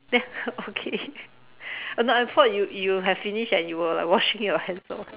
ya okay no I thought you you have finished and you were like washing your hands or what